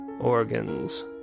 organs